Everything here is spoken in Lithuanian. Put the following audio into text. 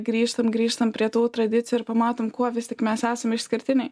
grįžtam grįžtam prie tų tradicijų ir pamatom kuo vis tik mes esam išskirtiniai